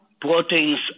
proteins